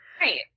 Right